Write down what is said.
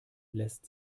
lässt